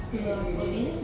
mm mm mm